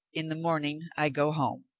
in the morning i go home.